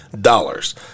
dollars